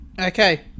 Okay